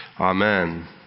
Amen